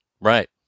right